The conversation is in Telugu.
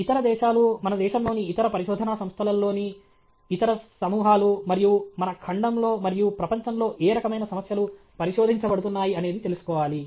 ఇతర దేశాలు మన దేశంలోని ఇతర పరిశోధనా సంస్థలలోని ఇతర సమూహాలు మరియు మన ఖండంలో మరియు ప్రపంచంలో ఏ రకమైన సమస్యలు పరిశోధించబడుతున్నాయి అనేది తెలుసుకోవాలి